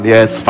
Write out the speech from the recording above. Yes